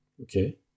Okay